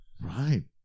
Right